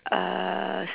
uh